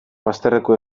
bazterreko